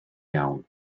iawn